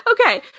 Okay